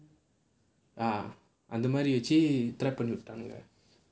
ah அந்த மாதிரி வச்சு:antha maathiri vachu பண்ணி விட்டாங்க:panni vittaanga